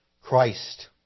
Christ